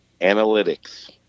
Analytics